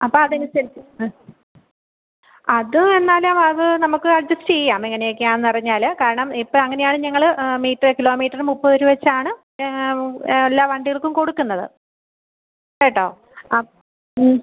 അപ്പോൾ അതനുസരിച്ച് ആ അത് എന്നാല് അത് നമുക്ക് അഡ്ജസ്റ്റ് ചെയ്യാം എങ്ങനെയൊക്കെയാന്നറിഞ്ഞാല് കാരണം ഇപ്പോൾ അങ്ങനെയാണ് ഞങ്ങള് മീറ്ററ് കിലോമീറ്ററ് മുപ്പത് രൂപ വെച്ചാണ് എല്ലാ വണ്ടികൾക്കും കൊടുക്കുന്നത് കേട്ടോ അ ഉം